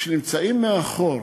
שנמצאים מאחור